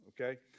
okay